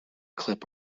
clip